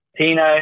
Tino